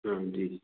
हाँ जी